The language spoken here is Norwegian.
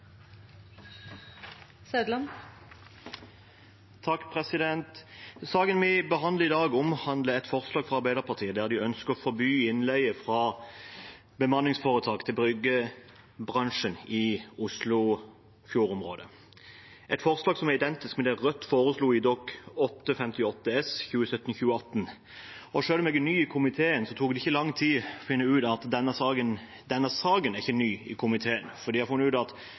Saken vi behandler i dag, omhandler et forslag fra Arbeiderpartiet der de ønsker å forby innleie fra bemanningsforetak til byggebransjen i Oslofjord-området, et forslag som er identisk med det Rødt foreslo i Dokument 8:58 S for 2017–2018. Selv om jeg er ny i komiteen, tok det ikke lang tid å finne ut at denne saken ikke er ny i komiteen, for jeg har funnet ut at